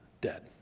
dead